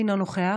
אינו נוכח,